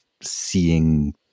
seeing